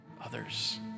others